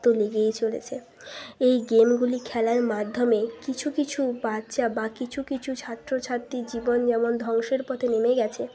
তো লেগেই চলেছে এই গেমগুলি খেলার মাধ্যমে কিছু কিছু বাচ্চা বা কিছু কিছু ছাত্রছাত্রীর জীবন যেমন ধ্বংসের পথে নেমে গেছে